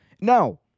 No